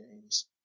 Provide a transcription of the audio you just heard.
games